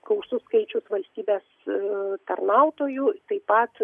gausus skaičius valstybės tarnautojų taip pat